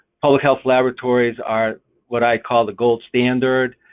public health laboratories are what i call the gold standard.